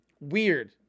weird